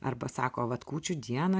arba sako vat kūčių dieną